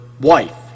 wife